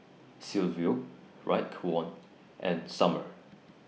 Silvio Raekwon and Summer